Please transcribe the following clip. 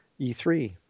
E3